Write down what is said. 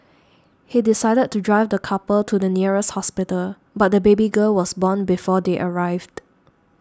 he decided to drive the couple to the nearest hospital but the baby girl was born before they arrived